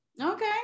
Okay